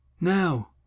Now